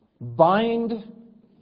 Bind